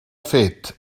fet